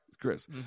Chris